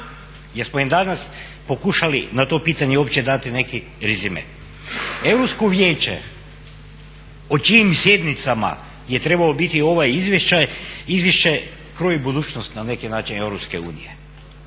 Jesmo im danas pokušali na to pitanje uopće dati neki rezime? Europsko vijeće o čijim sjednicama je trebalo biti ovo izvješće, kroji budućnost na neki način Europske unije.